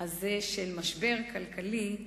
הזה של משבר כלכלי,